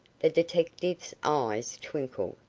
the detective's eyes twinkled,